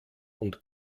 und